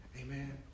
Amen